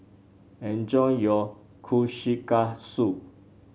enjoy your Kushikatsu